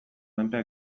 menpe